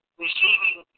receiving